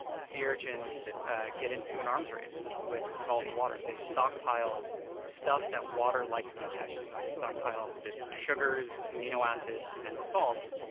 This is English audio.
sea urchins get into an arms race with with the salt in the water. they stockpile stuff that water likes to attach to. they stockpile sugars, amino acids, and salts,